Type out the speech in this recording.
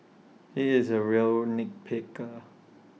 he is A real nit picker